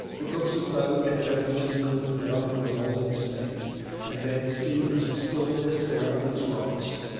it looks as though it had only just cooled down from a molten state and that the sea must still hiss round its rocks.